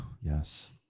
Yes